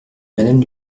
madame